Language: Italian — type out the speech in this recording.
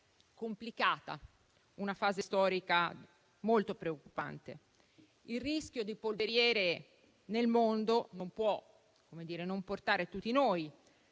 complicata, una fase storica molto preoccupante, in cui il rischio di polveriere nel mondo non può non portare tutti noi